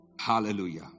Hallelujah